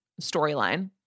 storyline